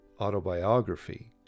autobiography